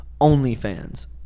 OnlyFans